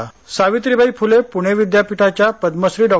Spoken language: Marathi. संशोधन सावित्रीबाई फुले पुणे विद्यापीठाच्या पद्मश्री डॉ